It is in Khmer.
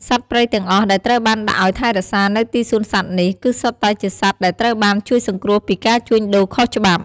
សត្វព្រៃទាំងអស់ដែលត្រូវបានដាក់ឱ្យថែរក្សានៅទីសួនសត្វនេះ គឺសុទ្ធតែជាសត្វដែលត្រូវបានជួយសង្គ្រោះពីការជួញដូរខុសច្បាប់។